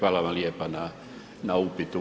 vam lijepa na upitu.